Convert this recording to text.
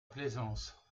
plaisance